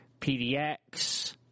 PDX